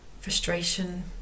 frustration